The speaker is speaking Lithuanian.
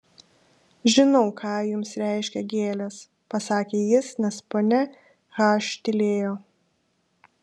žinau ką jums reiškia gėlės pasakė jis nes ponia h tylėjo